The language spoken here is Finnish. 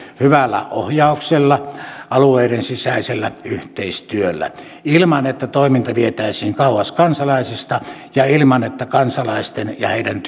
hyvällä ohjauksella ja alueiden sisäisellä yhteistyöllä ilman että toiminta vietäisiin kauas kansalaisista ja ilman että kansalaisten ja heidän